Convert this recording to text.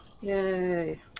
Yay